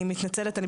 אני מתנצלת, אני